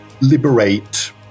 liberate